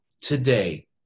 today